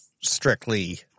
strictly